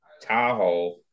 Tahoe